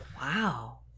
Wow